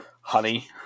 honey